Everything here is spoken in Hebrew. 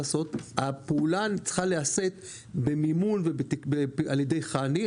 הפעולה צריכה להיעשות במימון על ידי חנ"י.